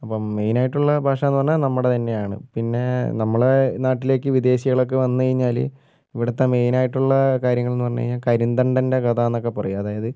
അപ്പം മെയിൻ ആയിട്ടുള്ള ഭാഷ എന്ന് പറഞ്ഞാൽ നമ്മുടെ തന്നെയാണ് പിന്നെ നമ്മുടെ നാട്ടിലേക്ക് വിദേശികളൊക്കെ വന്നു കഴിഞ്ഞാൽ ഇവിടുത്തെ മെയിൻ ആയിട്ടുള്ള കാര്യങ്ങൾ എന്ന് പറഞ്ഞുകഴിഞ്ഞാൽ കരിന്തണ്ടൻ്റെ കഥ എന്നൊക്കെ പറയും അതായത്